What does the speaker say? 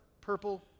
purple